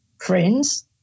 friends